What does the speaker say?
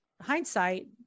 hindsight